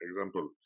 example